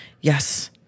yes